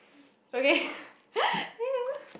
okay yeah